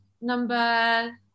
Number